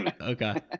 Okay